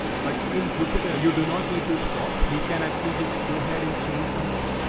but in jupyter, you do not need to stop. you can actually just go ahead and change something.